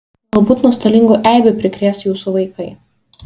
galbūt nuostolingų eibių prikrės jūsų vaikai